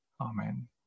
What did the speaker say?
Amen